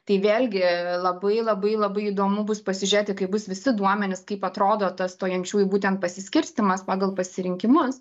tai vėlgi labai labai labai įdomu bus pasižiūrėti kai bus visi duomenys kaip atrodo tas stojančiųjų būtent pasiskirstymas pagal pasirinkimus